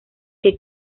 que